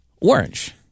orange